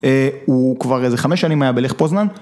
הוא כבר איזה חמש שנים היה בלך פוזנן.